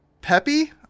Peppy